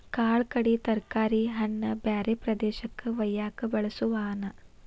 ಕಾಳ ಕಡಿ ತರಕಾರಿ ಹಣ್ಣ ಬ್ಯಾರೆ ಪ್ರದೇಶಕ್ಕ ವಯ್ಯಾಕ ಬಳಸು ವಾಹನಾ